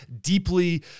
deeply